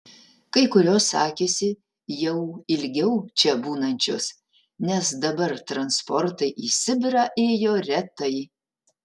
kai kurios sakėsi jau ilgiau čia būnančios nes dabar transportai į sibirą ėjo retai